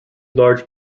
large